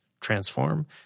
transform